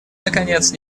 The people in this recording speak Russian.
наконец